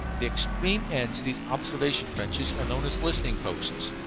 the extreme ends of these observation trenches are known as listening posts,